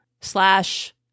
slash